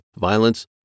violence